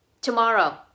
tomorrow